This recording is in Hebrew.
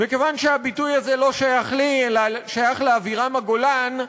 מכיוון שהביטוי הזה לא שייך לי אלא לאבירמה גולן,